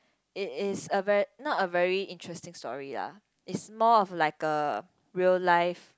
it is a very not a very interesting story lah its more of like a real life